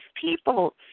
people